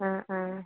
ആ ആ